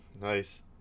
Nice